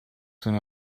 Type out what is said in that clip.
soon